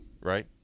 right